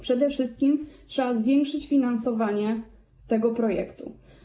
Przede wszystkim trzeba zwiększyć finansowanie tego projektu.